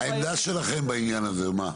העמדה שלכם בעניין הזה, מה היא?